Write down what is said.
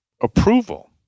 approval